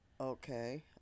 Okay